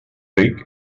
ric